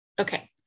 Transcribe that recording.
Okay